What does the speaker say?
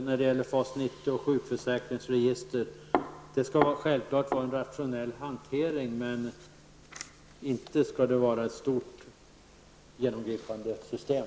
När det gäller FAS 90 och sjukförsäkringsregistret vill jag säga att vi självklart skall ha en rationell hantering, men inte ett stort övergripande system.